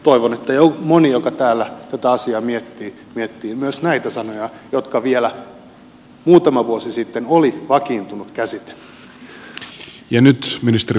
toivon että moni joka täällä tätä asiaa miettii miettii myös näitä sanoja jotka vielä muutama vuosi sitten olivat vakiintunut käsite